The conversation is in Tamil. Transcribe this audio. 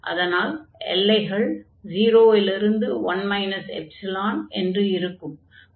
அதனால் எல்லைகள் 0 இல் இருந்து 1 ϵ என்று இருக்கும்